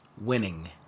winning